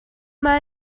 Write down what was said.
mae